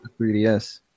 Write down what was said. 3DS